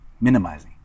minimizing